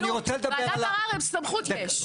ועדת ערער עם סמכות יש.